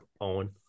Owen